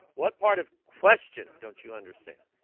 what part of question don't you understand